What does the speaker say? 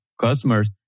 customers